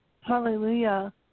Hallelujah